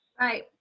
Right